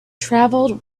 travelled